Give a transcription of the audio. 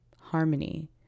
harmony